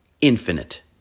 infinite